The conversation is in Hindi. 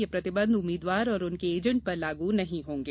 यह प्रतिबंध उम्मीदवार और उनके एजेन्ट पर लागू नहीं होगें